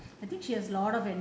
mm